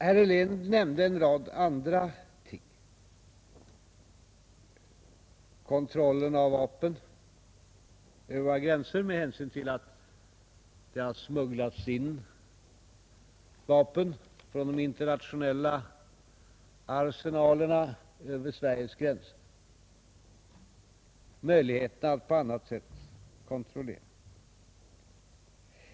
Herr Helén nämnde en rad andra ting, bl.a. kontrollen av vapen som förs över våra gränser. Med hänsyn till att det har smugglats in vapen från de internationella arsenalerna över Sveriges gränser berörde han möjligheterna att på annat sätt kontrollera denna företeelse.